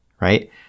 right